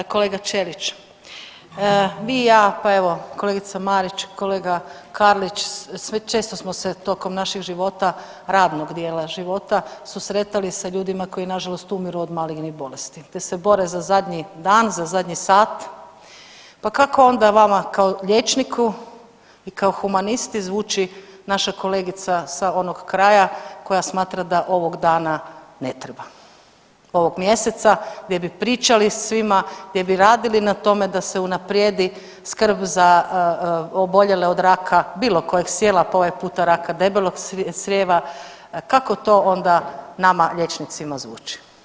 Kolega Ćelić, vi i ja, pa evo kolegica Marić i kolega Karlić često smo se tokom našeg života, radnog dijela života, susretali sa ljudima koji nažalost umiru od malignih bolesti, te se bore za zadnji dan, za zadnji sat, pa kako onda vama kao liječniku i kao humanisti zvuči naša kolegica sa onog kraja koja smatra da ovog dana ne treba, ovog mjeseca gdje bi pričali svima, gdje bi radili na tome da se unaprijedi skrb za oboljele od raka bilo kojeg … [[Govornik se ne razumije]] , pa ovog puta raka debelog crijeva, kako to onda nama liječnicima zvuči?